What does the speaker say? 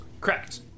Correct